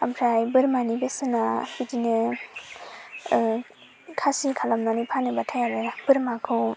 ओमफ्राय बोरमानि बेसेनआ बिदिनो खासि खालामनानै फानोबाथाय आरो बोरमाखौ